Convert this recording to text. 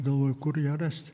galvoju kur ją rast